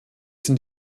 sind